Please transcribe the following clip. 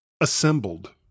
assembled